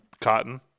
Cotton